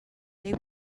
they